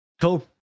cool